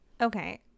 Okay